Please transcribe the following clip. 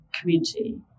community